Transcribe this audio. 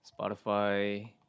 Spotify